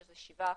שזה 7%,